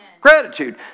Gratitude